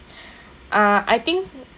uh I think